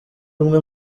umwe